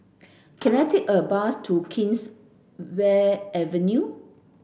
can I take a bus to Kingswear Avenue